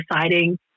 deciding